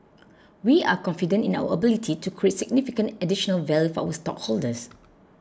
we are confident in our ability to create significant additional value for our stockholders